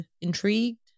intrigued